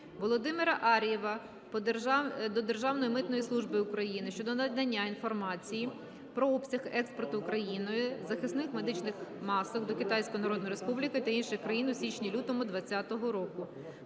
Володимира Ар'єва до Державної митної служби України щодо надання інформації про обсяг експорту Україною захисних медичних масок до Китайської Народної Республіки та інших країн у січні-лютому 20-го року.